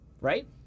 right